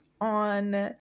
on